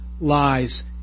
lies